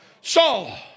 Saul